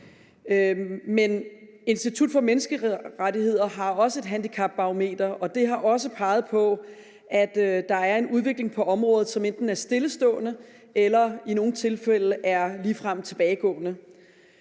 om. Institut for Menneskerettigheder har også et handicapbarometer, og det har også peget på, at der er en udvikling på området, som enten er stillestående eller i nogle tilfælde ligefrem tilbagegående.